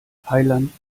heiland